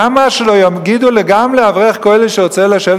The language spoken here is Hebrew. למה לא יגידו גם לאברך כולל שרוצה לשבת